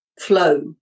flow